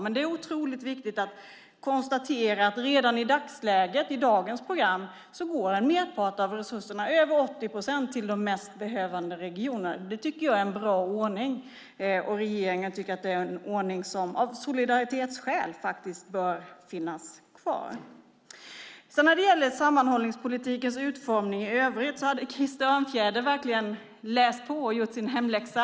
Samtidigt är det viktigt att konstatera att redan i dagens program går en merpart av resurserna, över 80 procent, till de mest behövande regionerna. Det tycker jag och regeringen är en bra ordning som faktiskt av solidaritetsskäl bör finnas kvar. När det gäller sammanhållningspolitikens utformning i övrigt hade Krister Örnfjäder verkligen läst på och gjort sin hemläxa.